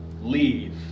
leave